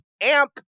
amp